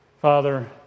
Father